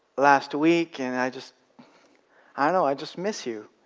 last week and i just i just missed you